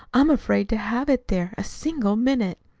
i'm afraid to have it there a single minute.